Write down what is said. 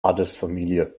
adelsfamilie